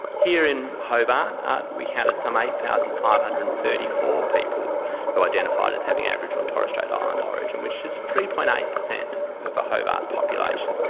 here in hobart we counted some eight thousand five hundred and thirty four people who identified as having aboriginal and torres strait islander origin, which is three point eight per cent of the ah hobart population.